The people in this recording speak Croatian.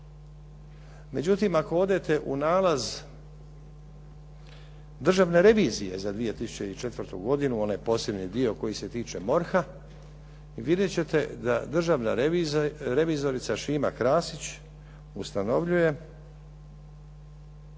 Međutim, ako odete u nalaz državne revizije za 2004. godinu, onaj posebni dio koji se tiče MORH-a, vidjet ćete da državna revizorica Šima Krasić ustanovljuje